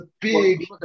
big